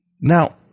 Now